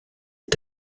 est